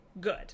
good